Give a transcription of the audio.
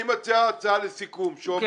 לסיכום, אני מציע הצעה שאומרת